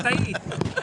את היית.